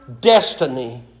destiny